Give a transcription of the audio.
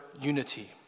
unity